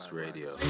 radio